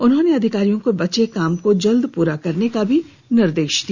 उन्होंने अधिकारियों को बचे काम को जल्द पूरा करने का निर्देश दिया